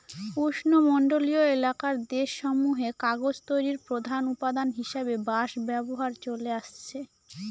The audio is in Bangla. উষ্ণমন্ডলীয় এলাকার দেশসমূহে কাগজ তৈরির প্রধান উপাদান হিসাবে বাঁশ ব্যবহার চলে আসছে